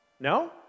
No